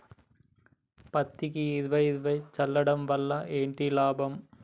పత్తికి ఇరవై ఇరవై చల్లడం వల్ల ఏంటి లాభం?